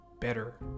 better